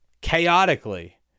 chaotically